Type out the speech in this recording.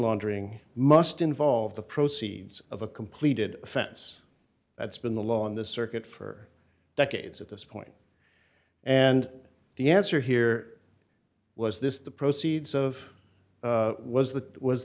laundering must involve the proceeds of a completed offense that's been the law on the circuit for decades at this point and the answer here was this the proceeds of was the was